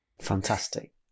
Fantastic